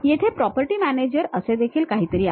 येथे property manager असे देखील काहीतरी आहे